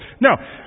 Now